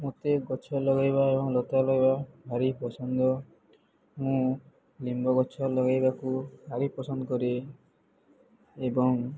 ମୋତେ ଗଛ ଲଗେଇବା ଏବଂ ଲତା ଲଗାଇବା ଭାରି ପସନ୍ଦ ମୁଁ ଲିମ୍ବ ଗଛ ଲଗେଇବାକୁ ଭାରି ପସନ୍ଦ କରେ ଏବଂ